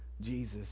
Jesus